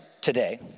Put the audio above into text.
today